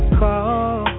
call